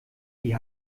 die